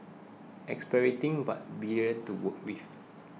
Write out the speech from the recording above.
exasperating but brilliant to work with